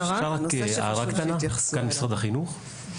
משרד החינוך,